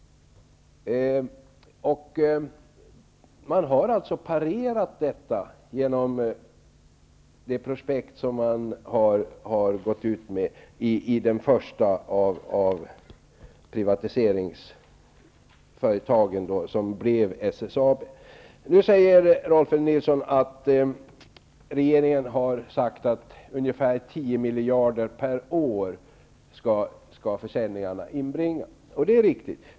Man har parerat detta genom det prospekt som man har gått ut med för det första privatiseringsföretaget -- som blev SSAB. Nu säger Rolf L Nilson att regeringen har sagt att försäljningarna skall inbringa ungefär tio miljarder per år. Det är riktigt.